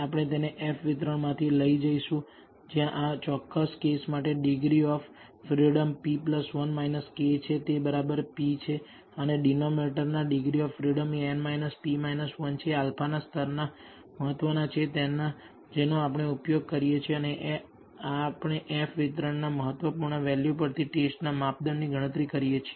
આપણે તેને F વિતરણમાંથી લઈ જઈશું જ્યાં આ ચોક્કસ કેસ માટે degree of freedom p 1 k છે તે બરાબર p છે અને ડિનોમિનેટર ના ડિગ્રી ઓફ ફ્રીડમ એ n p 1 અને α સ્તરના મહત્વના છે જેનો આપણે ઉપયોગ કરીએ છીએ અને આપણે F વિતરણના મહત્વપૂર્ણ વેલ્યુ પરથી ટેસ્ટના માપદંડ ની ગણતરી કરીએ છીએ